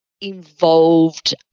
involved